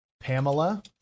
Pamela